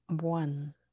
one